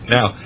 Now